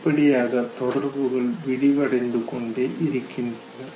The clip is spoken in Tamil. இப்படியாக தொடர்புகள் விரிவடைந்து கொண்டே இருக்கின்றன